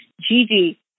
Gigi